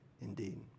indeed